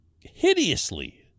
hideously